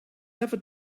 never